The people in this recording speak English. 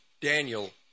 Daniel